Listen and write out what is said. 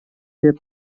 лет